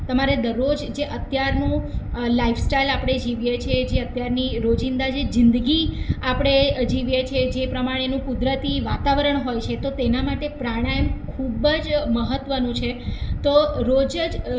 તમારે દરરોજ જે અત્યારનું લાઈફ સ્ટાઈલ આપણે જીવીએ છીએ જે અત્યારની રોજિંદા જે જિંદગી આપણે જીવીએ છે જે પ્રમાણેનું કુદરતી વાતાવરણ હોય છે તો તેનાં માટે પ્રાણાયામ ખૂબ જ મહત્ત્વનું છે તો રોજ જ